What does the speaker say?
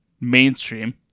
mainstream